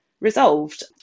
resolved